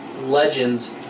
legends